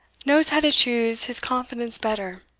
knows how to choose his confidants better